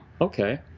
okay